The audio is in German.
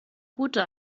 gute